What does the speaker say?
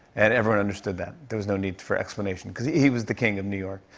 and everyone understood that. there was no need for explanation, cause he was the king of new york.